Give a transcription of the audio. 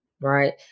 Right